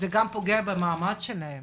זה פוגע במעמד שלהם